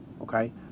okay